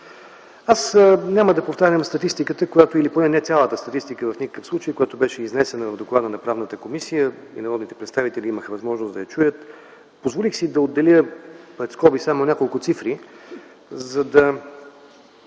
Аз няма да повтарям статистиката или поне не цялата статистика, в никакъв случай, която беше изнесена в доклада на Правната комисия и народните представители имаха възможност да я чуят. Позволих си да отделя пред скоби само няколко цифри, за да